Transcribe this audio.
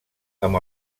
amb